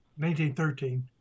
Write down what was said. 1913